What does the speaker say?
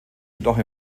jedoch